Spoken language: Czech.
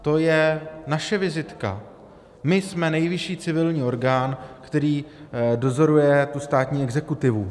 To je naše vizitka, my jsme nejvyšší civilní orgán, který dozoruje státní exekutivu.